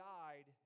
died